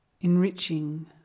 enriching